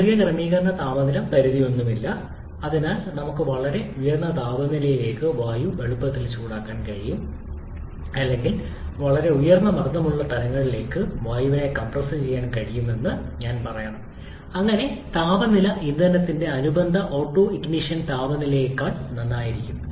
യാന്ത്രിക ക്രമീകരണ താപനില പരിധിയൊന്നുമില്ല അതിനാൽ നമുക്ക് വളരെ ഉയർന്ന താപനിലയിലേക്ക് വായു എളുപ്പത്തിൽ ചൂടാക്കാൻ കഴിയും അല്ലെങ്കിൽ വളരെ ഉയർന്ന മർദ്ദമുള്ള തലങ്ങളിലേക്ക് വായുവിനെ കംപ്രസ്സുചെയ്യാൻ കഴിയുമെന്ന് ഞാൻ പറയണം അങ്ങനെ താപനില ഇന്ധനത്തിന്റെ അനുബന്ധ ഓട്ടൊണിഷൻ താപനിലയേക്കാൾ നന്നായിരിക്കും